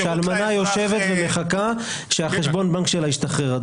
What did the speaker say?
כשהאלמנה יושבת ומחכה שחשבון הבנק שלה ישתחרר.